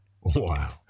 Wow